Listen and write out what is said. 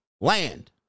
land